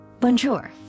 Bonjour